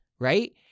Right